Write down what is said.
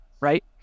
right